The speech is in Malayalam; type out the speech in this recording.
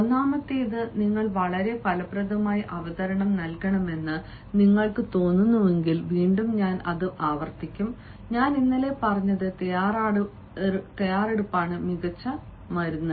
ഒന്നാമത്തേത് നിങ്ങൾ വളരെ ഫലപ്രദമായ അവതരണം നൽകണമെന്ന് നിങ്ങൾക്ക് തോന്നുന്നുവെങ്കിൽ വീണ്ടും ഞാൻ അത് ആവർത്തിക്കും ഞാൻ ഇന്നലെ പറഞ്ഞത് തയ്യാറെടുപ്പാണ് മികച്ച മറുമരുന്ന്